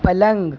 پلنگ